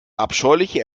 abscheuliche